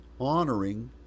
honoring